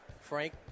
Frank